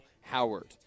Howard